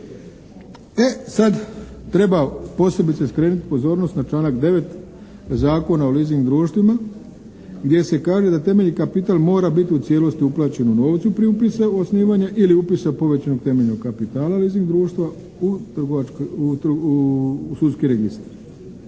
E sad treba posebice skrenut pozornost na članak 9. Zakona o leasing društvima gdje se kaže da temeljni kapital mora bit u cijelosti uplaćen u novcu pri upisu osnivanja ili upisa povećanog temeljnog kapitala leasing društva u sudski registar.